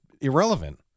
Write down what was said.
irrelevant